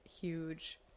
huge